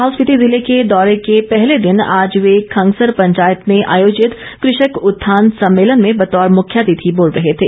लाहौल स्पीति जिले के दौरे के पहले दिन आज वे खंगसर पंचायत में आयोजित कृषक उत्थान सम्मेलन में बतौर मुख्यातिथि बोल रहे थे